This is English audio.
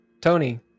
Tony